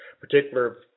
particular